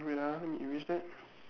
wait ah let me erase that